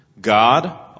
God